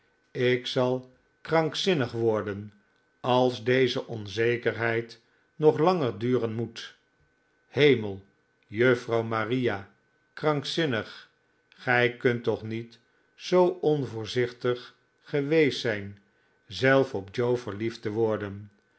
ik zal krankzinnig worden als deze onzekerheid nog langer duren moet hemel juffrouw maria krankzinnig gij kunt toch niet zoo onvoorzichtig geweest zijn zelf op joe verliefd te worden